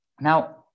Now